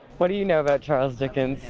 what do you know about charles dickens,